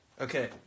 Okay